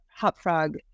Hopfrog